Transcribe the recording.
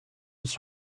his